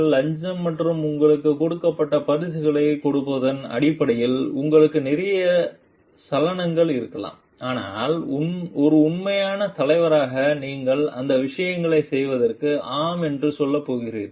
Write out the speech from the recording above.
லஞ்சம் மற்றும் உங்களுக்குக் கொடுக்கப்பட்ட பரிசுகளைக் கொடுப்பதன் அடிப்படையில் உங்களுக்கு நிறைய சலனங்கள் இருக்கலாம் ஆனால் ஒரு உண்மையான தலைவராக நீங்கள் அந்த விஷயங்களைச் செய்வதற்கு ஆம் என்று சொல்லப் போகிறீர்கள்